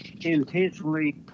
intentionally